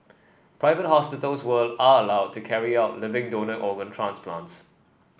private hospitals are allowed to carry out living donor organ transplants